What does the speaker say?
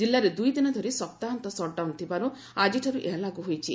କିଲ୍ଲାରେ ଦୁଇଦିନ ଧରି ସପ୍ତାହାନ୍ତ ସଟଡାଉନ ଥିବାରୁ ଆଜିଠାରୁ ଏହା ଲାଗୁ ହୋଇଛି